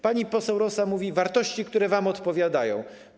Pani poseł Rosa mówiła: wartości, które wam odpowiadają.